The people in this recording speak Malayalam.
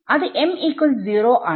അത് m0 ആണ്